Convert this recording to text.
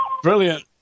Brilliant